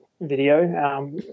video